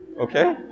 okay